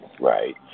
Right